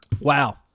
Wow